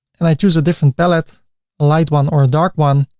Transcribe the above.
and i choose a different palette, a light one or a dark one,